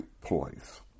place